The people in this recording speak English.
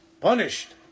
punished